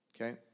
Okay